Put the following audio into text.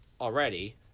already